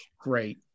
great